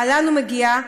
לאן הוא מגיע?